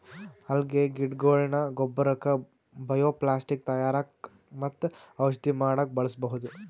ಅಲ್ಗೆ ಗಿಡಗೊಳ್ನ ಗೊಬ್ಬರಕ್ಕ್ ಬಯೊಪ್ಲಾಸ್ಟಿಕ್ ತಯಾರಕ್ಕ್ ಮತ್ತ್ ಔಷಧಿ ಮಾಡಕ್ಕ್ ಬಳಸ್ಬಹುದ್